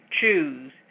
choose